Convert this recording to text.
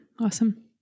awesome